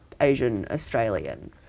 Asian-Australian